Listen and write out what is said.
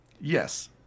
Yes